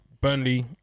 burnley